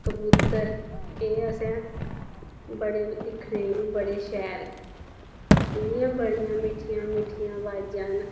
कबूतर एह् असें बडे दिक्खने गी बडे शैल इं'दियां बड़ियां मिट्ठियां मिट्ठियां बाजां न